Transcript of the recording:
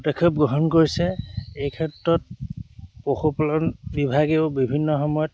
পদক্ষেপ গ্ৰহণ কৰিছে এই ক্ষেত্ৰত পশুপালন বিভাগেও বিভিন্ন সময়ত